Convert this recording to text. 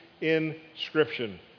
inscription